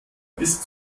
bis